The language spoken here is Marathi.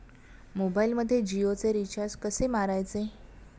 मोबाइलमध्ये जियोचे रिचार्ज कसे मारायचे?